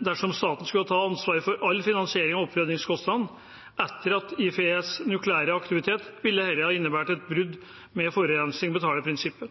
Dersom staten skulle ta ansvaret for all finansiering av oppryddingskostnadene etter IFEs nukleære aktivitet, ville dette innebære et brudd med forurenser-betaler-prinsippet.